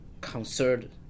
concerned